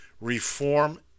Reform